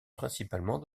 principalement